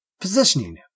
positioning